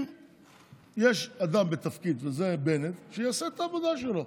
אם יש אדם בתפקיד, וזה בנט, שיעשה את העבודה שלו.